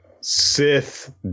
Sith